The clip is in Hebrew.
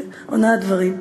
זה הונאת דברים.